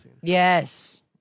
Yes